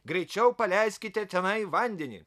greičiau paleiskite tenai vandenį